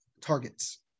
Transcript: targets